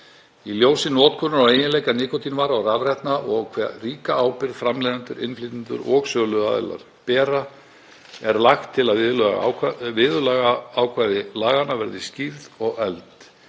Í ljósi notkunar og eiginleika nikótínvara og rafrettna og hve ríka ábyrgð framleiðendur, innflytjendur og söluaðilar bera er lagt til að viðurlagaákvæði laganna verði skýrð og efld.